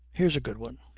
here's a good one.